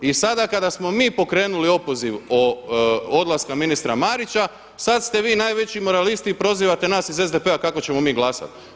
I sada kada smo mi pokrenuli opoziv o odlasku ministra Marića sada ste vi najveći moralist i prozivate nas iz SDP-a kako ćemo mi glasati.